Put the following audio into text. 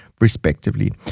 respectively